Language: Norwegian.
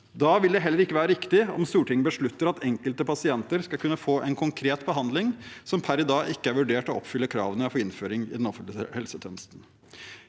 Da vil det heller ikke være riktig om Stortinget beslutter at enkelte pasienter skal kunne få en konkret behandling som per i dag ikke er vurdert å oppfylle krav ene for innføring i den offentlige helsetjenesten.